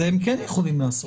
את זה הם כן יכולים לעשות.